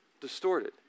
distorted